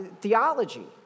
theology